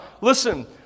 Listen